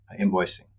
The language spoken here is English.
invoicing